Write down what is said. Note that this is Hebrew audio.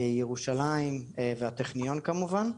ירושלים וטכניון כמובן.